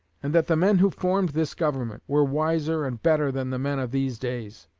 and that the men who formed this government were wiser and better than the men of these days